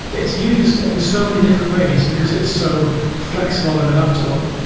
it's used in so many different ways, because it is so flexible and adaptable.